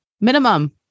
minimum